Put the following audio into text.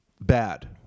bad